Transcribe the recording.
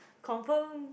confirm